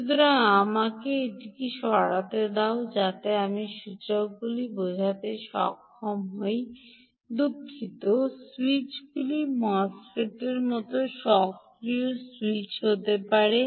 সুতরাং আমাকে এটিকে সরাতে দাও যাতে আমি সূচকগুলিকে বোঝাতে সক্ষম হব দুঃখিত স্যুইচগুলি মোসফেটগুলির মতো সক্রিয় স্যুইচ হতে পারে